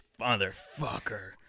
motherfucker